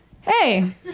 hey